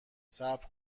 صبر